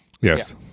Yes